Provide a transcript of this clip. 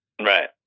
Right